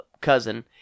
cousin